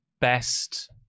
best